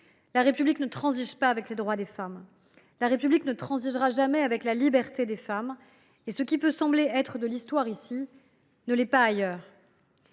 La République ne transige pas avec les droits des femmes. La République ne transigera jamais avec la liberté des femmes. Et ce qui peut sembler être de l’Histoire ici ne l’est pas ailleurs.